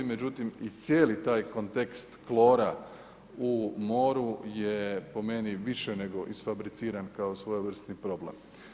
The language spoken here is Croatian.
Međutim i cijeli taj kontekst klora u moru je po meni više nego isfabriciran kao svojevrsni problem.